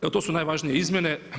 Evo to su najvažnije izmjene.